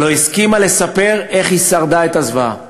לא הסכימה לספר איך היא שרדה את הזוועה,